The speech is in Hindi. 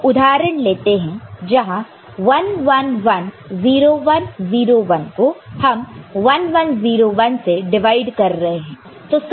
तो उदाहरण लेते हैं जहां 1 1 1 0 1 0 1 को हम 1 1 0 1 से डिवाइड कर रहे हैं